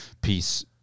piece